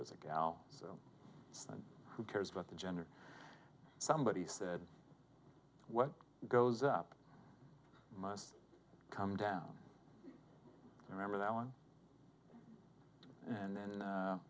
was a gal so who cares about the gender somebody said what goes up must come down i remember that one and then